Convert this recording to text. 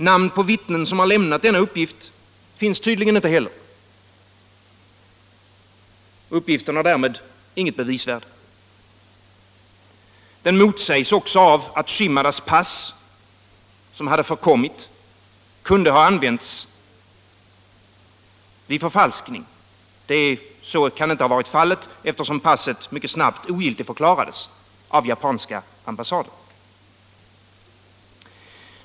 Namn på vittnen som lämnat denna uppgift finns tydligen inte heller. Uppgiften har därmed inget bevisvärde. Den motsägs också av att Shimadas pass, som hade förkommit, kunde ha använts vid förfalskning. Så kan inte ha varit fallet, eftersom passet mycket snabbt ogiltigförklarades av japanska ambassaden.